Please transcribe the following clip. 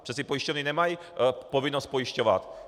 Přeci pojišťovny nemají povinnost pojišťovat.